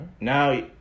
Now